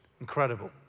Incredible